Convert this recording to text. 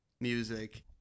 music